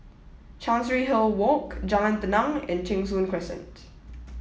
Chancery Hill Walk Jalan Tenang and Cheng Soon Crescent